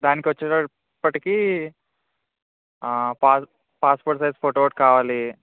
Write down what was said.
దానికి వచ్చేటప్పటికీ pass passport size photo ఒకటి కావాలి